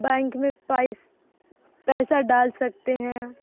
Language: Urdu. بینک میں پیسہ ڈال سکتے ہیں